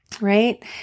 right